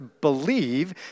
believe